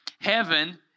Heaven